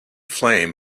flame